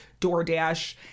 DoorDash